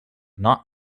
not